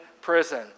prison